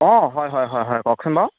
অঁ হয় হয় হয় হয় কওকচোন বাৰু